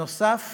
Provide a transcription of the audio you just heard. נוסף